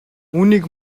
үүнийг